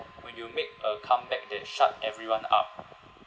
when you make a comeback that shut everyone up